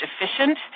efficient